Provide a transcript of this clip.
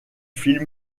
film